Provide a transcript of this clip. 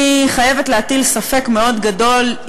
אני חייבת להטיל ספק מאוד גדול,